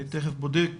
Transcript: אני חייב לומר לך,